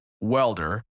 welder